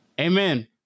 Amen